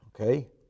Okay